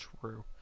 True